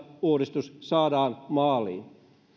uudistus saadaan maaliin